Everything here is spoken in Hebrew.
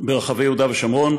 ברחבי יהודה ושומרון.